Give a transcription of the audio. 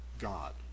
God